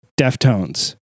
Deftones